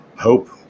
hope